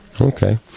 Okay